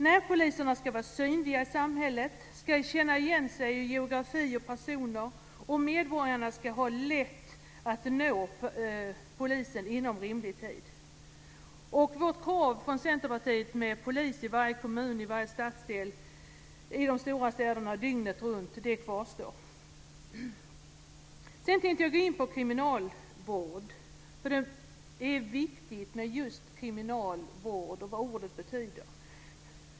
Närpoliserna ska vara synliga i samhället. De ska känna igen sig i geografi och personer. Medborgarna ska ha lätt att nå polisen inom rimlig tid. Vårt krav från Centerpartiet på polis i varje kommun och i varje stadsdel i de stora städerna dygnet runt kvarstår. Nu tänker jag gå in på kriminalvården. Det är nämligen viktigt med kriminalvård, och vad ordet betyder.